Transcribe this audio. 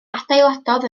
adeiladodd